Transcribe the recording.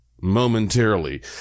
momentarily